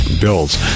bills